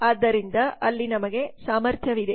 ಆದ್ದರಿಂದ ಅಲ್ಲಿ ನಮಗೆ ಸಾಮರ್ಥ್ಯವಿದೆ